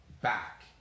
back